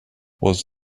was